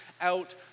out